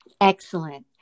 Excellent